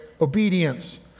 obedience